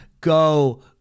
go